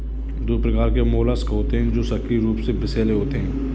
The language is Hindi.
दो प्रकार के मोलस्क होते हैं जो सक्रिय रूप से विषैले होते हैं